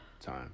time